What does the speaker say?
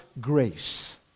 grace